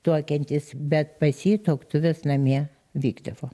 tuokiantis bet pas jį tuoktuvės namie vykdavo